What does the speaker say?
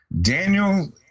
Daniel